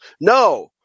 No